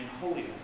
holiness